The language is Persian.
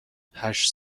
هشت